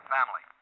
Family